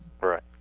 Right